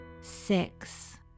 six